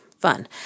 fun